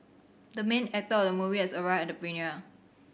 the main actor of the movie has arrived at the premiere